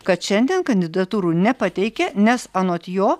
kad šiandien kandidatūrų nepateikė nes anot jo